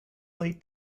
late